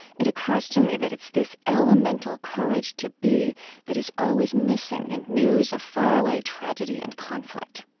it occurs to me that it's this elemental courage to be that is always missing in news of faraway tragedy and conflict.